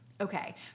Okay